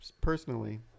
personally